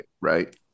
right